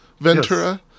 Ventura